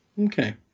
Okay